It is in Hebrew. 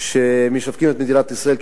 שמשווקים את מדינת ישראל,